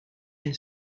and